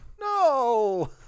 no